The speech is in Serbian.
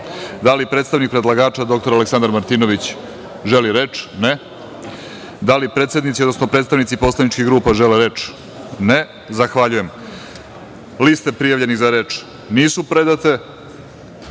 li predstavnik predlagača, dr Aleksandar Martinović, želi reč? (Ne.)Da li predsednici, odnosno predstavnici poslaničkih grupa žele reč? (Ne.)Zahvaljujem. Liste prijavljenih za reč nisu predate. Na